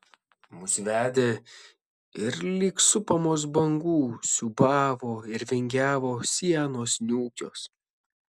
mus vedė ir lyg supamos bangų siūbavo ir vingiavo sienos niūkios